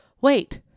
wait